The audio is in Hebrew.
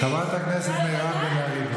חברת הכנסת מירב בן ארי.